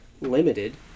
limited